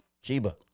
Sheba